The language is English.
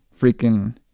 freaking